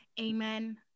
Amen